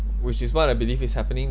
which is what I believe is happening